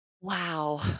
wow